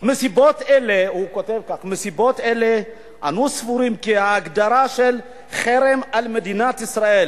"בנסיבות אלה אנו סבורים כי ההגדרה של 'חרם על מדינת ישראל'